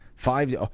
five